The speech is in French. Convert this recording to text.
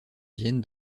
vienne